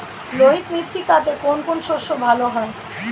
লোহিত মৃত্তিকাতে কোন কোন শস্য ভালো হয়?